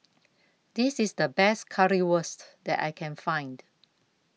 This IS The Best Currywurst that I Can Find